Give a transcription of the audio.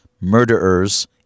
murderers